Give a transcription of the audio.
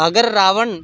अगर रावण